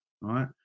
right